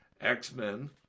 X-Men